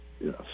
Yes